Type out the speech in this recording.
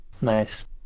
Nice